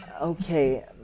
Okay